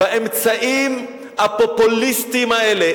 באמצעים הפופוליסטיים האלה.